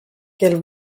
qu’elle